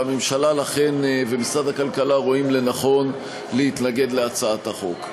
ולכן הממשלה ומשרד הכלכלה רואים לנכון להתנגד להצעת החוק.